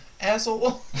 asshole